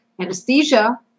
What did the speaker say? Anesthesia